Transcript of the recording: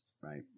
Right